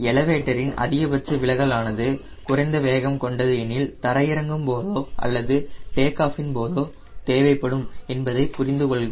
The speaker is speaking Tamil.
எலவேட்டர் இன் அதிகபட்ச விலகல் ஆனது குறைந்த வேகம் கொண்டது எனில் தரையிறங்கும் போதோ அல்லது டேக் ஆஃப் இன் போதோ தேவைப்படும் என்பதை புரிந்து கொள்க